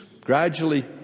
gradually